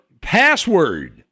password